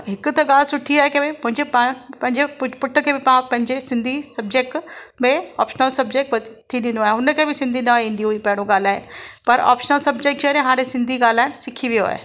हिकु त ॻाल्हि सुठी आहे की भई कुझु पाण पंहिंजे पुट खे बि पाण पंहिंजी सिंधी सब्जेक्ट में ऑपशनल सब्जेक्ट वठी ॾिनो आहे हुनखे बि सिंधी न ईंदी हुई पहिरियों ॻाल्हाए पर ऑपशनल सब्जेक्ट जे करे हाणे सिंधी ॻाल्हाइणु सिखी वियो आहे